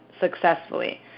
successfully